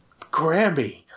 Grammy